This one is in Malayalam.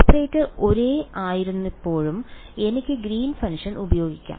ഓപ്പറേറ്റർ ഒരേ ആയിരിക്കുമ്പോൾ എനിക്ക് ഗ്രീൻസ് ഫംഗ്ഷൻ Green's function ഉപയോഗിക്കാം